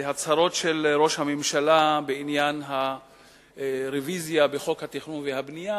להצהרות של ראש הממשלה בעניין הרוויזיה בחוק התכנון והבנייה,